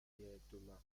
directement